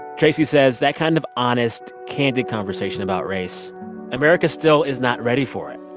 tracy says that kind of honest, candid conversation about race america still is not ready for it.